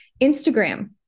Instagram